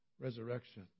resurrection